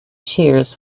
cheers